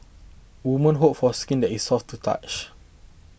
women hope for skin that is soft to touch